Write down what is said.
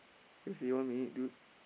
fifty one minute dude